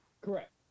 Correct